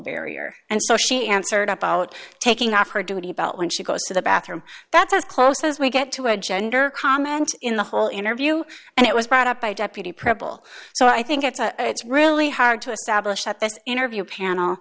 barrier and so she answered about taking off her duty belt when she goes to the bathroom that's as close as we get to a gender comment in the whole interview and it was brought up by deputy preble so i think it's a it's really hard to establish that this interview panel